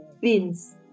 beans